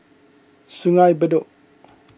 Sungei Bedok